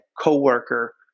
coworker